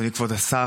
כבוד השר,